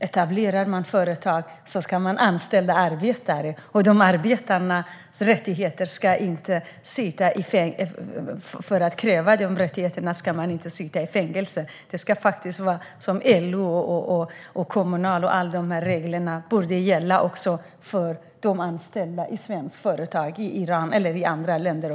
Etablerar man företag ska man anställa arbetare, och de som kräver rättigheter för arbetarna ska inte sitta i fängelse. Samma regler som gäller för LO, Kommunal och andra borde gälla också för anställda i svenska företag i Iran eller i andra länder.